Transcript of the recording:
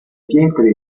pietre